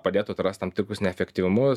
padėtų atrast tam tirkus neefektyvumus